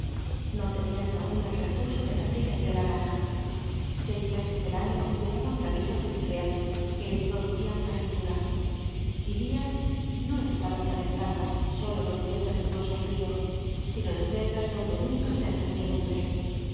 no tenían ni aun el recurso de la tela y de la lana seis meses del año llevaban camisas de buriel que les producian calentura vivian no en salas calentadas solo los días de riguroso frío sino en celdas donde nunca se encendia lumbre